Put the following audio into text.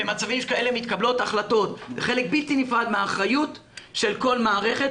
במצבים שכאלה מתקבלות החלטות וחלק בלתי נפרד מהאחריות של כל מערכת,